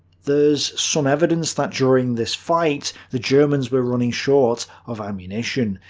there's some evidence that during this fight the germans were running short of ammunition,